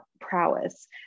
prowess